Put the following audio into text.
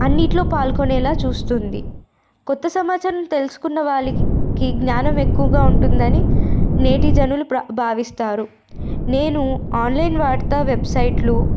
అన్నింటిలో పాల్గొనేలా చూస్తుంది క్రొత్త సమాచారం తెలుసుకున్న వాళ్ళకి జ్ఞానం ఎక్కువగా ఉంటుందని నేటి జనులు భావిస్తారు నేను ఆన్లైన్ వాటిత వెబ్సైట్లు